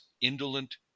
indolent